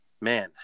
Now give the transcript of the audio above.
Man